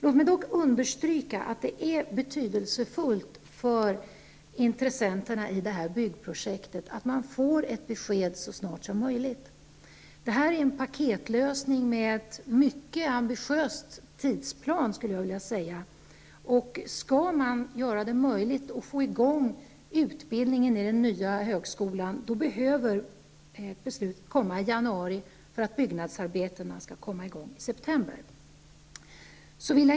Låt mig dock understryka att det är betydelsefullt för intressenterna i byggprojektet att få ett besked så snart som möjligt. Det här är en paketlösning, med en mycket ambitiös tidsplan, och om det skall vara möjligt att starta utbildningen i den nya högskolan behöver ett beslut komma i januari för att byggnadsarbetena skall komma i gång i september.